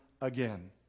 again